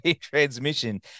Transmission